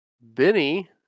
Benny